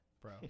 bro